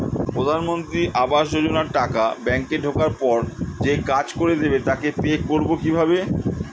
প্রধানমন্ত্রী আবাস যোজনার টাকা ব্যাংকে ঢোকার পরে যে কাজ করে দেবে তাকে পে করব কিভাবে?